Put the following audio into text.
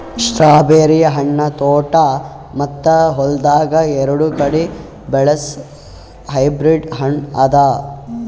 strawberry ಹಣ್ಣ ತೋಟ ಮತ್ತ ಹೊಲ್ದಾಗ್ ಎರಡು ಕಡಿ ಬೆಳಸ್ ಹೈಬ್ರಿಡ್ ಹಣ್ಣ ಅದಾ